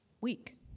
week